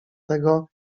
tego